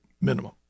minimum